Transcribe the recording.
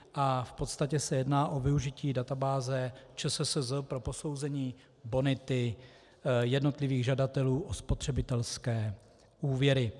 V podstatě se jedná o využití databáze ČSSZ pro posouzení bonity jednotlivých žadatelů o spotřebitelské úvěry.